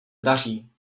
daří